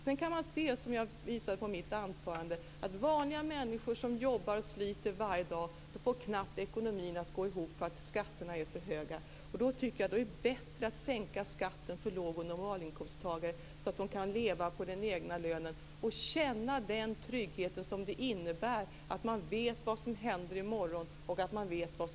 Sedan kan man se, som jag visade i mitt anförande, att vanliga människor som jobbar och sliter varje dag knappt får ekonomin att gå ihop därför att skatterna är för höga. Då är det bättre att sänka skatten för låg och normalinkomsttagare så att de kan leva på den egna lönen och känna den trygghet som det innebär att man vet vad som händer i morgon och i övermorgon.